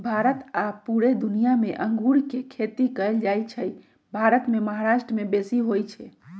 भारत आऽ पुरे दुनियाँ मे अङगुर के खेती कएल जाइ छइ भारत मे महाराष्ट्र में बेशी होई छै